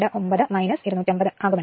829 250 ആകുമലോ